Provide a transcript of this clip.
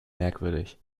merkwürdig